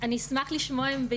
אני אשמח לשמוע,